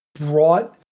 brought